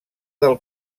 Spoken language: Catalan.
del